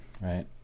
Right